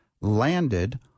landed